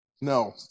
No